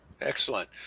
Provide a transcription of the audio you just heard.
Excellent